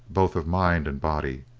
both of mind and body.